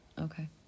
Okay